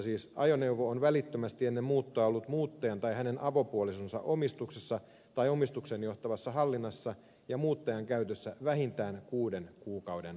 ajoneuvo on välittömästi ennen muuttoa ollut muuttajan tai hänen aviopuolisonsa omistuksessa tai omistukseen johtavassa hallinnassa ja muuttajan käytössä vähintään kuuden kuukauden ajan